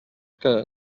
que